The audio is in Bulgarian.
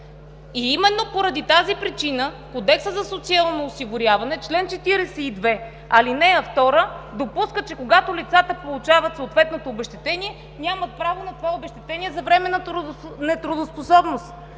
Именно поради тази причина Кодексът за социално осигуряване чл. 42, ал. 2 допуска, че когато лицата получават съответното обезщетение нямат право на това обезщетение за временна нетрудоспособност.